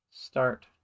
start